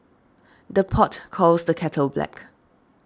the pot calls the kettle black